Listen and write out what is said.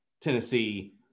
tennessee